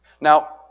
Now